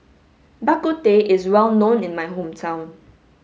bak kut teh is well known in my hometown